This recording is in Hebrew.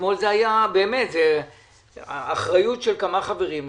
אתמול זו היתה אחריות של כמה חברים.